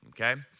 okay